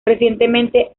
recientemente